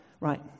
Right